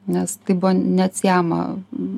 nes tai buvo neatsiejama